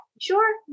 sure